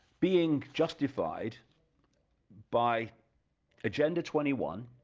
being justified by agenda twenty one,